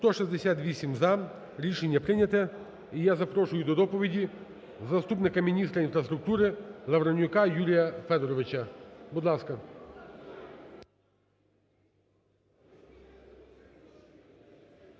За-168 Рішення прийнято. І я запрошую до доповіді заступника міністра інфраструктури Лавренюка Юрія Федоровича. Будь ласка.